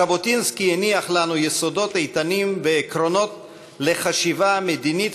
ז'בוטינסקי הניח לנו יסודות איתנים ועקרונות לחשיבה מדינית